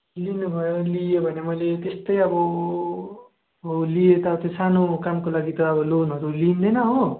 लिनुभयो लिएँ भने मैले त्यस्तै अब लिएँ त त्यो सानो कामको लागि त अब लोनहरू लिँदैन हो